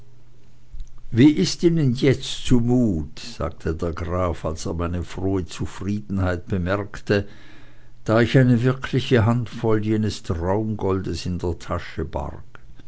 wie ist ihnen jetzt zu mut sagte der graf als er meine frohe zufriedenheit bemerkte da ich eine wirkliche handvoll jenes traumgoldes in der tasche barg